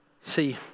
See